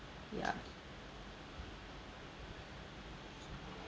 ya